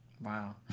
Wow